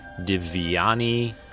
Diviani